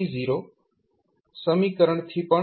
કરી શકો છો